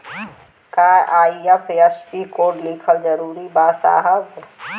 का IFSC code लिखल जरूरी बा साहब?